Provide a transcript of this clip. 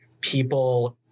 people